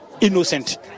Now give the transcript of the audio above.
innocent